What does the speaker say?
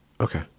okay